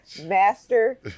Master